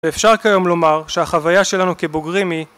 אפשר כיום לומר, שהחוויה שלנו כבוגרים היא...